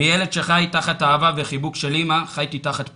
מילד שחי תחת אהבה וחיבוק של אימא, חייתי תחת פחד,